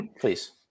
Please